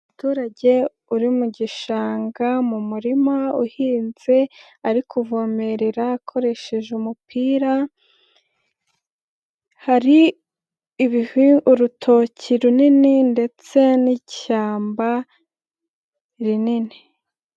Umuturage uri mu gishanga mu murima uhinze ari kuvomerera akoresheje umupira, hari urutoki runini ndetse n'ishyamba rinini.